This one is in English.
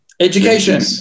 Education